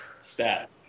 Stat